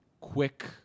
quick